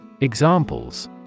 Examples